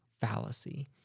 fallacy